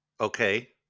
Okay